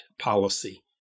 policy